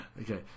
okay